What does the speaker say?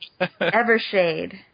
Evershade